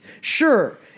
sure